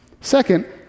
Second